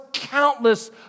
countless